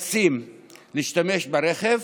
שנשלל להם הרישיון ונאלצים להשתמש ברכב